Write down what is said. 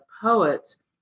poets